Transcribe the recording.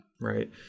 Right